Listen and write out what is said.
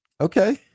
Okay